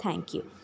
thank you